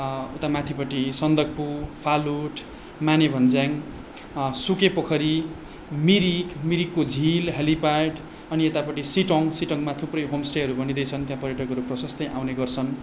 उता माथिपट्टि सन्दकपू फालुट मानेभन्ज्याङ सुके पोखरी मिरिक मिरिकको झिल हेलिप्याड अनि यतापट्टि सिटोङ सिटोङमा थुप्रै होमस्टेहरू बनिँदैछन् त्यहाँ पर्यटकहरू प्रशस्तै आउने गर्छन्